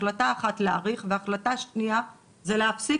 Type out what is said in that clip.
החלטה אחת להאריך והחלטה שנייה זה להפסיק